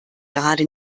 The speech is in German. gerade